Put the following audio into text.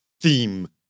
theme